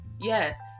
Yes